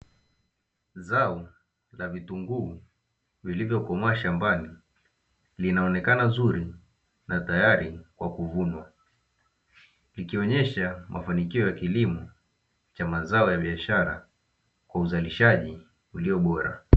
Zao la vitunguu vilivyokomaa shambani linaonekana zuri na tayari kwa kuvunwa, ikionesha mafanikio ya kilimo cha mazao ya biashara jwa uzalishaji ulio bora.